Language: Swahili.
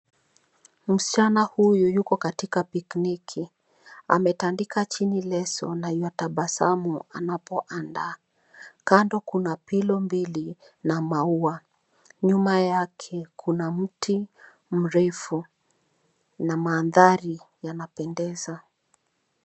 Msichana huyu yuko katika pikniki . Ametandika chini leso na yuatabasamu anapoandaa. Kando kuna pillow mbili na maua. Nyuma yake kuna mti mrefu na mandhari yanapendeza.